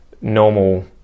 normal